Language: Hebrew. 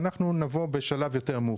ואנחנו נבוא בשלב יותר מאוחר,